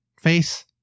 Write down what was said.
Face